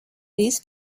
these